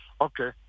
Okay